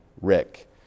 Rick